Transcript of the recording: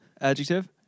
Adjective